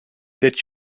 that